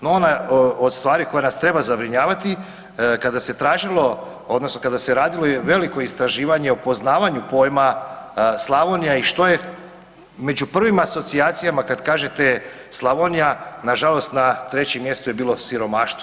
No, ona od stvari koja nas treba zabrinjavati kada se tražilo odnosno kada se radilo veliko istraživanje o poznavanju pojma Slavonija i što je među prvim asocijacijama kad kažete Slavonija nažalost na trećem mjestu je bilo siromaštvo.